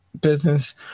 business